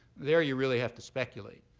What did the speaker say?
there you really have to speculate.